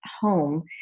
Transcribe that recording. home